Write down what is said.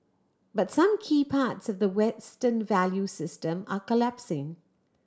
but some key parts of the Western value system are collapsing